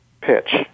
pitch